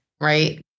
right